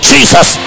Jesus